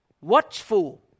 watchful